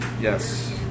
yes